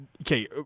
okay